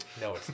no